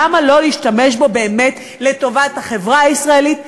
למה לא להשתמש בו באמת לטובת החברה הישראלית,